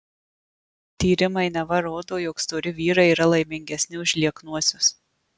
tyrimai neva rodo jog stori vyrai yra laimingesni už lieknuosius